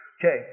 Okay